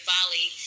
Bali